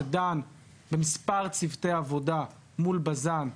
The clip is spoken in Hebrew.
שדן במספר צוותי העבודה מול בז"ן.